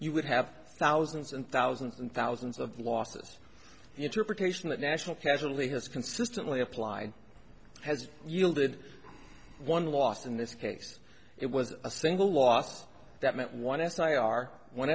you would have thousands and thousands and thousands of losses the interpretation that national casually has consistently applied has yielded one lost in this case it was a single loss that meant one s i r when